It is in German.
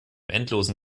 endlosen